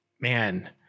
Man